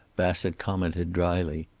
bassett commented, dryly.